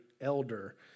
elder